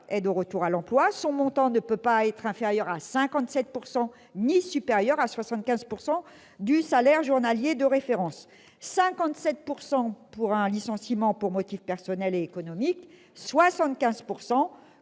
l'aide au retour à l'emploi. Son montant ne peut pas être inférieur à 57 %, ni supérieur à 75 % du salaire journalier de référence : le taux de 57 % correspond à un licenciement pour motif personnel et économique ;